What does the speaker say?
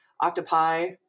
octopi